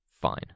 Fine